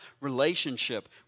relationship